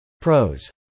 Pros